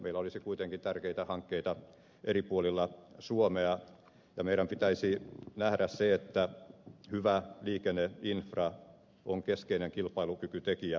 meillä olisi kuitenkin tärkeitä hankkeita eri puolilla suomea ja meidän pitäisi nähdä se että hyvä liikenneinfra on keskeinen kilpailukykytekijä yrityksillemme